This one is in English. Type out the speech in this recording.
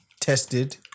tested